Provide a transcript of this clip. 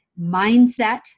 mindset